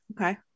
Okay